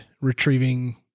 retrieving